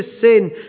sin